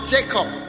Jacob